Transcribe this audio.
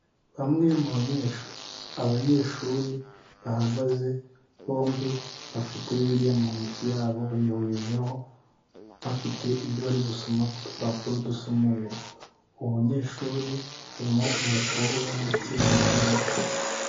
Bamwe mu banyeshu, abanyeshuri bahagaze bombi bafite bibiliya mu ntoki yabo bayihurijeho bafite ibyo bari gusoma ku dupapuro dusa umweru uwo banyeshuri harimo umukobwa ndetse n'umuhungu.